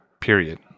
Period